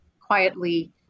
quietly